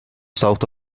south